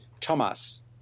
Thomas